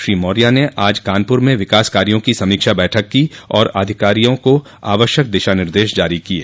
श्री मौर्य ने आज कानपुर में विकास कार्यो की समीक्षा बैठक की और अधिकारियों को आवश्यक दिशा निर्देश जारी किये